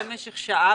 למשל שעה,